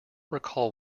recall